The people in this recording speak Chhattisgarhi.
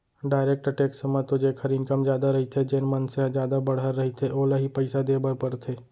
डायरेक्ट टेक्स म तो जेखर इनकम जादा रहिथे जेन मनसे ह जादा बड़हर रहिथे ओला ही पइसा देय बर परथे